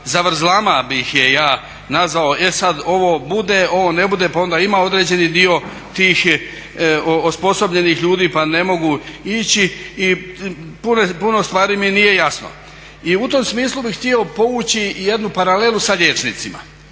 zavrzlama bih je ja nazvao, e sad ovo bude, ovo ne bude pa onda ima određeni dio tih osposobljeni ljudi pa ne mogu ići i puno stvari mi nije jasno. I u tom smislu bi htio povući jednu paralelu sa liječnicima